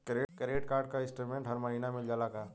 Credit card क statement हर महिना मिल जाला का?